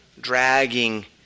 dragging